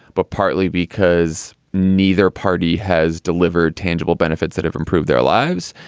but partly because neither party has delivered tangible benefits that have improved their lives.